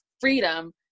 freedom